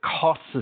costs